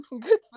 good